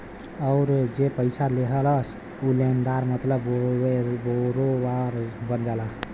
अउर जे पइसा लेहलस ऊ लेनदार मतलब बोरोअर बन जाला